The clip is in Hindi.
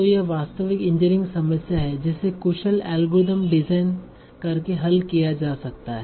तो यह वास्तविक इंजीनियरिंग समस्या है जिसे कुशल एल्गोरिदम डिजाइन करके हल किया जा सकता है